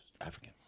African